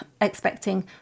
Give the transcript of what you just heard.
expecting